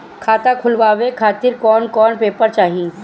खाता खुलवाए खातिर कौन कौन पेपर चाहीं?